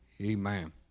Amen